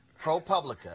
ProPublica